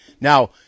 Now